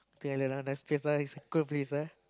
Genting-Highlands ah nice place ah it's a cool place ah